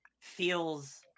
feels